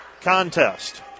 contest